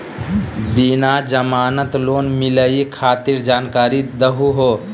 बिना जमानत लोन मिलई खातिर जानकारी दहु हो?